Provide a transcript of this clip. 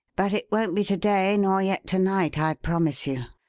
but it won't be to-day nor yet to-night, i promise you.